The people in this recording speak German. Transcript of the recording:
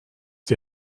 die